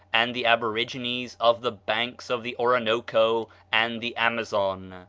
and the aborigines of the banks of the oronoco and the amazon.